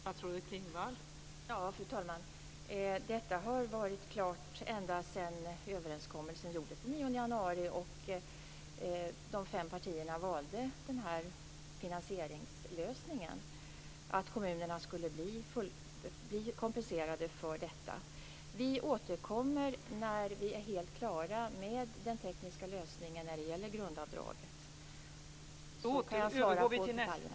Fru talman! Detta har varit klart ända sedan överenskommelsen gjordes den 9 januari och de fem partierna valde denna finansieringslösning. Kommunerna skall kompenseras för detta. Vi återkommer när vi är helt klara med den tekniska lösningen när det gäller grundavdraget. Då kan jag svara på detaljfrågorna.